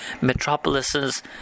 metropolises